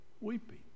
weeping